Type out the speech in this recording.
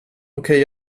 okej